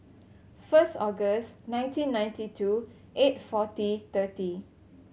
first August nineteen ninety two eight forty thirty